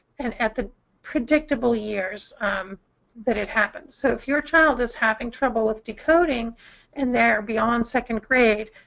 and at the predictable years that it happens. so if your child is having trouble with decoding and they're beyond second grade,